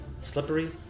slippery